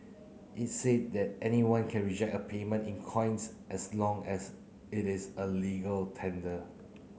it said that anyone can reject a payment in coins as long as it is a legal tender